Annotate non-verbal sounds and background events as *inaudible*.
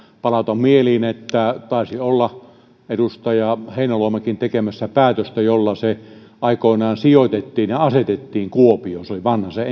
palautan mieliin että taisi olla edustaja heinäluomakin tekemässä päätöstä jolla se aikoinaan sijoitettiin ja asetettiin kuopioon vanhasen *unintelligible*